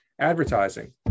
advertising